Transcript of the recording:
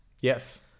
Yes